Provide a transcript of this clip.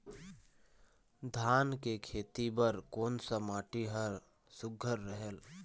धान के खेती बर कोन सा माटी हर सुघ्घर रहेल?